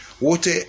Water